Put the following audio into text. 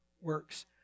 works